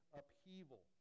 upheaval